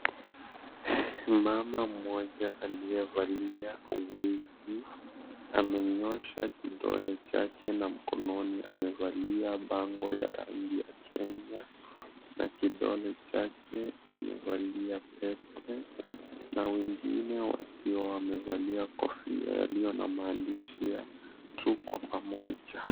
Mbaba mmoja aliyevalia wigi amenyosha kidole chake na mkononi amevalia bangle ya rangi ya Kenya na kidole chake kimevalia pete na wengine wakiwa wamevalia kofia iliyo na maandishi ya, 'Tuko Pamoja'.